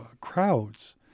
crowds